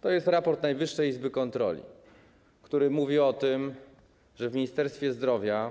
To jest raport Najwyższej Izby Kontroli, który mówi o tym, że w Ministerstwie Zdrowia,